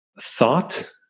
thought